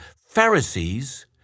Pharisees